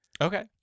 Okay